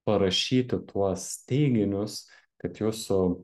parašyti tuos teiginius kad jūsų